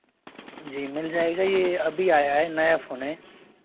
जी मिल जाएगा यह अभी आया है नया फ़ोन है